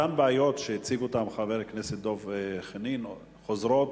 אותן בעיות שהציג חבר הכנסת דב חנין חוזרות,